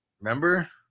Remember